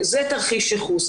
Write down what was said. זה תרחיש ייחוס.